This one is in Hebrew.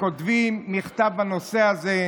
שכותבים מכתב בנושא הזה,